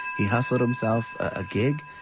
he hustled himself a gig.